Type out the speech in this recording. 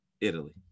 Italy